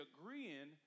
agreeing